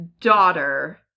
daughter